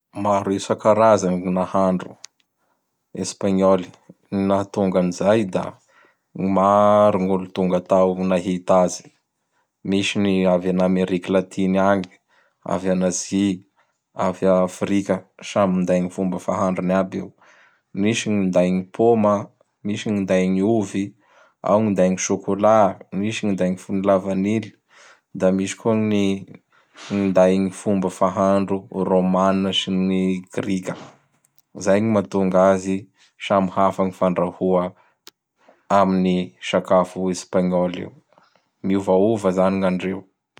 Maro isa-karazany gn ny nahandro Espagnoly. Gn ny nahatonga an zay da maro gn olo tonga tao nahita azy. Misy ny avy an'Ameriky Latine agny, avy an'Azy, avy a Afrika. Samby minday gn fomba fahandrony aby io. Misy gn ninday gny pôma, misy gn ninday gn ny ovy, ao gn ninday gn chocolat, misy gn ninday gn lavanily, da misy koa gn ny ninday gn fomba fahandro Romanna sy Grika. Zay gny mahatonga azy samy hafa gn fandrahoa azy amin'ny sakafo Espagnoly io. Miovaova zay gnandreo.